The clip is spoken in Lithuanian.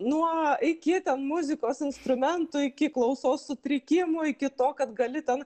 nuo iki ten muzikos instrumentų iki klausos sutrikimų iki to kad gali ten